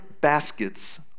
baskets